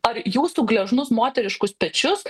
ar jūsų gležnus moteriškus pečius